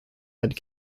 had